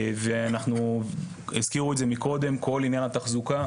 לפני שחותמים על התכנית כי אני לא מאמין שעכשיו הם יוכלו לעשות הרבה,